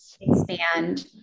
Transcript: expand